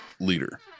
leader